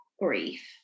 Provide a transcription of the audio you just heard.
grief